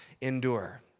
endure